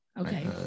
Okay